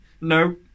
No